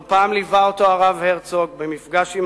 לא פעם ליווה אותו הרב הרצוג במפגש עם